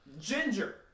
ginger